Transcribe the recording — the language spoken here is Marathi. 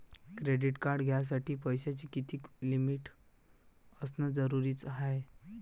क्रेडिट कार्ड घ्यासाठी पैशाची कितीक लिमिट असनं जरुरीच हाय?